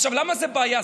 למה זו בעיה?